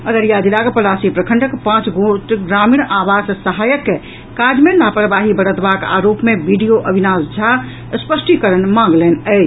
अररिया जिलाक पलासी प्रखंडक पांच गोट ग्रामीण आवास सहायक के काज मे लापरवाही बरतबाक आरोप मे बीडीओ अविनाश झा स्पटीकरण मांगलनि अछि